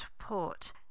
support